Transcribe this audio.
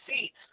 seats